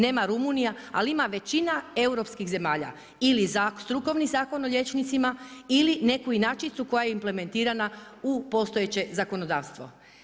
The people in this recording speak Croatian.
Nema Rumunija ali ima većina europskih zemalja ili za Strukovni zakon o liječnicima ili neku inačicu koja je implementirana u postojeće zakonodavstvo.